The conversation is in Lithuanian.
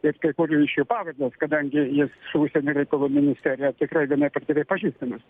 ir kai kurių iš jų pavardes kadangi jis su užsienio reikalų ministerija tikrai gana efektyviai pažįstamas